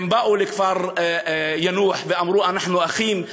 הם באו לכפר יאנוח ואמרו: אנחנו אחים,